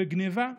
בגנבה,